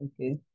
Okay